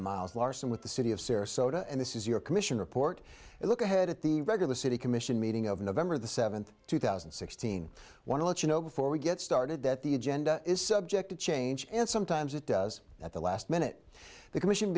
miles larson with the city of sarasota and this is your commission report and look ahead at the regular city commission meeting of november the seventh two thousand and sixteen want to let you know before we get started that the agenda is subject to change and sometimes it does at the last minute the commission